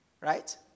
right